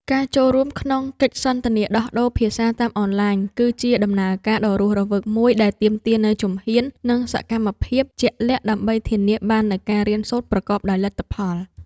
ការចូលរួមក្នុងកិច្ចសន្ទនាដោះដូរភាសាតាមអនឡាញ គឺជាដំណើរការដ៏រស់រវើកមួយដែលទាមទារនូវជំហាន និងសកម្មភាពជាក់លាក់ ដើម្បីធានាបាននូវការរៀនសូត្រប្រកបដោយលទ្ធផល។